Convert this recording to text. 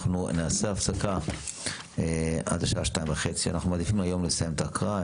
אנחנו נעשה הפסקה עד השעה 14:30. אנחנו מעדיפים היום לסיים את ההקראה.